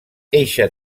eixa